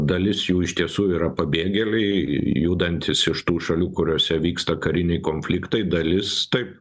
dalis jų iš tiesų yra pabėgėliai judantys iš tų šalių kuriose vyksta kariniai konfliktai dalis taip